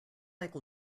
like